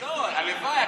לא, הלוואי.